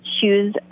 choose